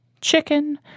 chicken